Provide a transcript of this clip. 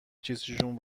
چیزشون